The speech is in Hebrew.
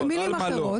על מה לדבר, לא.